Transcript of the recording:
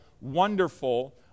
wonderful